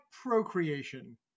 procreation